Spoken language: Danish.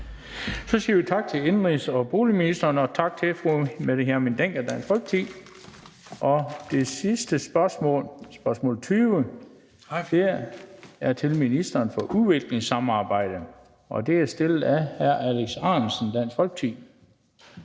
Så siger vi tak til indenrigs- og boligministeren og tak til fru Mette Hjermind Dencker, Dansk Folkeparti. Det sidste spørgsmål, spørgsmål 20, er til ministeren for udviklingssamarbejde, og det er stillet af hr. Alex Ahrendtsen, Dansk Folkeparti.